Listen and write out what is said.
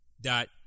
dot